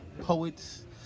poets